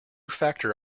factor